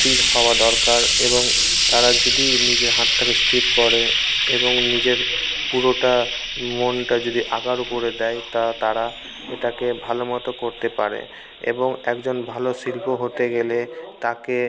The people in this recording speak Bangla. স্থির হওয়া দরকার এবং তারা যদি নিজের হাতটাকে স্থির করে এবং নিজের পুরোটা মনটা যদি আঁকার উপরে দেয় তা তারা ওটাকে ভালো মতো করতে পারে এবং একজন ভালো শিল্পী হতে গেলে তাকে